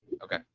Okay